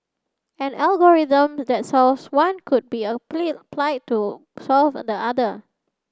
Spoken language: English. an algorithm that solves one could be applied to solve the other